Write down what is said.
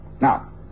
Now